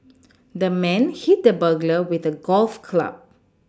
the man hit the burglar with a golf club